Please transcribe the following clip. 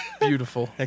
Beautiful